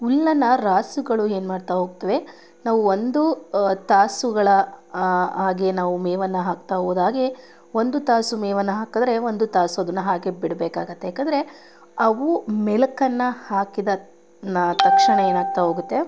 ಹುಲ್ಲನ್ನು ರಾಸುಗಳು ಏನು ಮಾಡ್ತಾ ಹೋಗ್ತವೆ ನಾವು ಒಂದು ತಾಸುಗಳ ಹಾಗೆ ನಾವು ಮೇವನ್ನು ಹಾಕ್ತಾ ಹೋದಾಗೆ ಒಂದು ತಾಸು ಮೇವನ್ನು ಹಾಕಿದ್ರೆ ಒಂದು ತಾಸು ಅದನ್ನು ಹಾಗೆ ಬಿಡಬೇಕಾಗುತ್ತೆ ಏಕೆಂದ್ರೆ ಅವು ಮೆಲುಕನ್ನ ಹಾಕಿದ ನ ತಕ್ಷಣ ಏನಾಗ್ತಾ ಹೋಗುತ್ತೆ